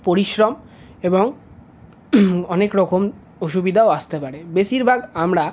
পরিশ্রম এবং অনেক রকম অসুবিধাও আসতে পারে বেশিরভাগ আমরা